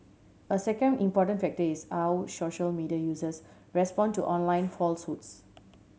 a second important factor is how social media users respond to online falsehoods